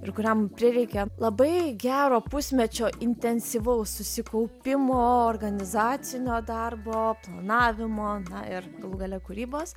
ir kuriam prireikė labai gero pusmečio intensyvaus susikaupimo organizacinio darbo planavimo na ir galų gale kūrybos